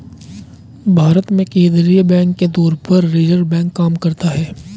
भारत में केंद्रीय बैंक के तौर पर रिज़र्व बैंक काम करता है